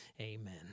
amen